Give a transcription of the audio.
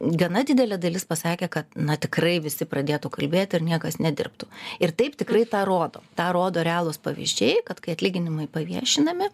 gana didelė dalis pasakė kad na tikrai visi pradėtų kalbėt ir niekas nedirbtų ir taip tikrai tą rodo tą rodo realūs pavyzdžiai kad kai atlyginimai paviešinami